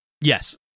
Yes